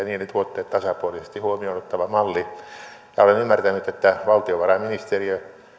niiden tuotteet tasapuolisesti huomioon ottava malli ja olen ymmärtänyt että valtiovarainministeriö